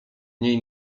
niej